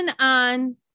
on